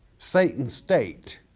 satan state,